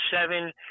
seven